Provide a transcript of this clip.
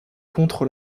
contre